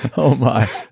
oh my